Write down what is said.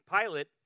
Pilate